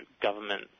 government